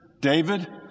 David